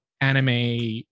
anime